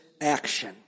action